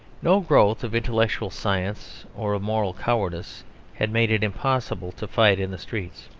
no growth of intellectual science or of moral cowardice had made it impossible to fight in the streets,